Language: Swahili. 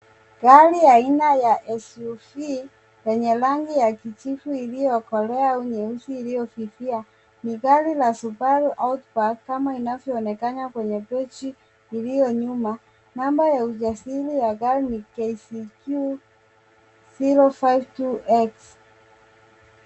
Gari aina ya SUV yenye rangi ya kijivu iliyokolea au nyeusi iliyofifia ni gari la Subaru Outback kama inavyoonekana kwenye tochi ulio nyuma. Namba ya usajili ya gari ni KDT O25X .